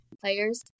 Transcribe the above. players